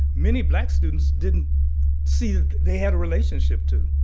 many black students didn't see they had a relationship to.